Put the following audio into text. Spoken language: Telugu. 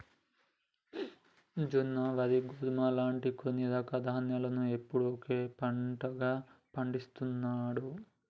జొన్న, వరి, గోధుమ లాంటి కొన్ని రకాల ధాన్యాలను ఎప్పుడూ ఒకే పంటగా పండిస్తాండ్రు